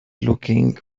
looking